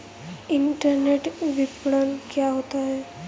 Internet विपणन क्या होता है?